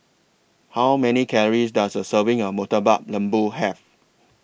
How Many Calories Does A Serving of Murtabak Lembu Have